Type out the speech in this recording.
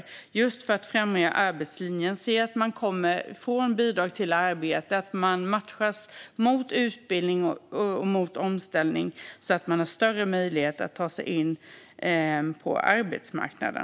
Det handlar om att främja arbetslinjen. Det handlar om att se till att man kommer från bidrag till arbete och matchas mot utbildning och omställning så att man har större möjlighet att ta sig in på arbetsmarknaden.